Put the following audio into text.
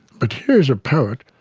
but here is a poet,